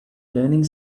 learning